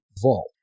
vault